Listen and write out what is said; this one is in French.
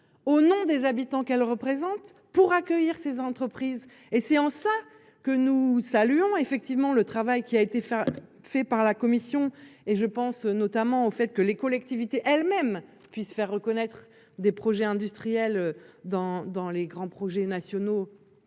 au nom des habitants qu'elle représente pour accueillir ces entreprises et c'est en ça que nous saluons effectivement le travail qui a été faire fait par la commission et je pense notamment au fait que les collectivités elles-mêmes puissent faire reconnaître des projets industriels dans dans les grands projets nationaux